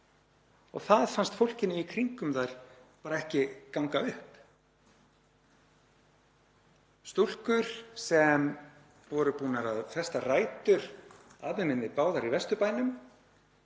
Það fannst fólkinu í kringum þær bara ekki ganga upp. Stúlkur sem voru búnar að festa rætur, að mig minnir báðar í Vesturbænum,